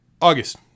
August